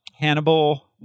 Hannibal